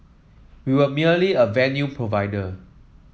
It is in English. we were merely a venue provider